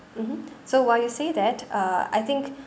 mmhmm so while you say that uh I think